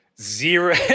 Zero